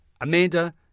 Amanda